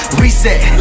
reset